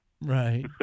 Right